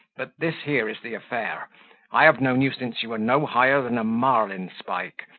but this here is the affair i have known you since you were no higher than a marlinspike,